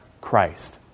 christ